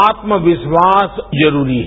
आत्मविश्वास जरूरी है